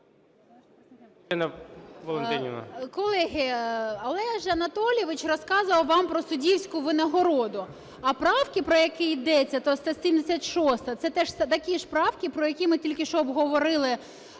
Колеги, Олег Анатолійович розказував вам про суддівську винагороду, а правки, про які йдеться, 176 – це такі ж правки, про які ми тільки що обговорили,